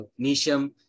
Nisham